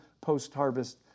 post-harvest